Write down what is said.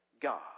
God